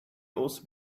also